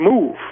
move